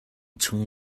chung